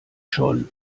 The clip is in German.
schon